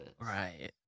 Right